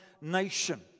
nation